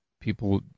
people